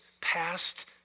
past